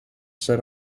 set